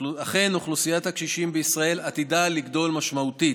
אכן אוכלוסיית הקשישים בישראל עתידה לגדול משמעותית.